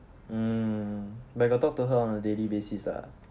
mm but you got talk to her on a daily basis ah